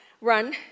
run